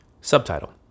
Subtitle